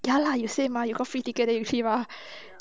ya lah you say mah you got free ticket then you see mah